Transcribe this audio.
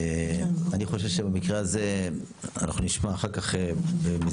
אני חושב שבמקרה הזה אנחנו נשמע אחר כך במסגרת,